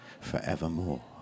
forevermore